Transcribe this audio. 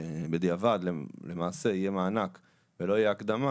בדיעבד למעשה יהיה מענק ולא יהיה הקדמה,